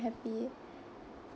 happy